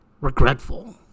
regretful